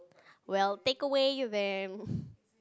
why take away you then